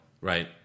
Right